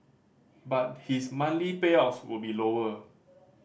but his monthly payouts will be lower